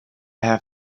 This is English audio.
have